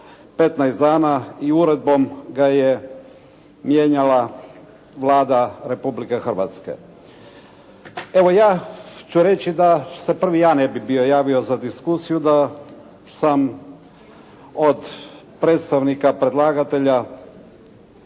15 dana i uredbom ga je mijenjala Vlada Republike Hrvatske. Evo ja ću reći da se prvi ja ne bih bio javio za diskusiju da sam od predstavnika predlagatelja